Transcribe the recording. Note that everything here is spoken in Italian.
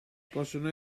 possono